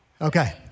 Okay